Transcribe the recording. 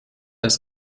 das